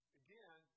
again